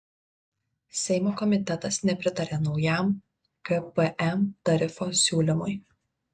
seimo komitetas nepritarė naujam gpm tarifo siūlymui